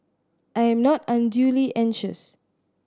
I am not unduly anxious